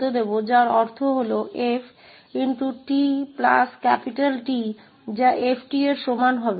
तो मान लें कि f आवर्त फलन है जिसका आवर्त है जिसका अर्थ है कि f𝑡 T f𝑡 के बराबर होगा